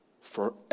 forever